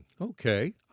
Okay